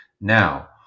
now